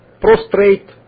prostrate